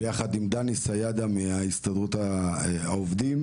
ביחד עם דני סיידא מהסתדרות העובדים.